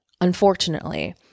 unfortunately